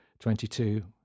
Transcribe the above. Twenty-two